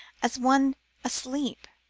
as one asleep,